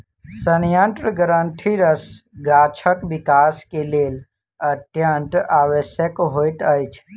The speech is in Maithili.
सयंत्र ग्रंथिरस गाछक विकास के लेल अत्यंत आवश्यक होइत अछि